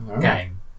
game